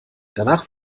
danach